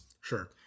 Sure